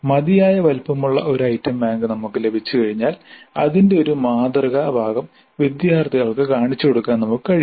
മതിയായ വലുപ്പമുള്ള ഒരു ഐറ്റം ബാങ്ക് നമുക്ക് ലഭിച്ചുകഴിഞ്ഞാൽ അതിന്റെ ഒരു മാതൃക ഭാഗം വിദ്യാർത്ഥികൾക്ക് കാണിച്ചുകൊടുക്കാൻ നമുക്ക് കഴിയും